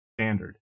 standard